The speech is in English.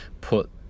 put